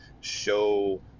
show